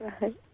Right